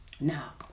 Now